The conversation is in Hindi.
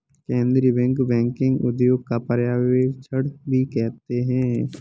केन्द्रीय बैंक बैंकिंग उद्योग का पर्यवेक्षण भी करते हैं